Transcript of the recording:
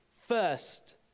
first